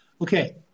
okay